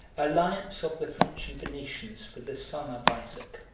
alliance of the french and venetians with the son of isaac